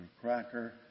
cracker